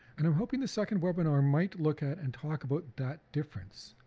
and i'm hoping the second webinar might look at and talk about that difference.